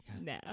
No